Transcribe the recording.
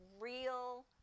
real